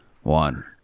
One